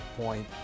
point